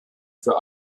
für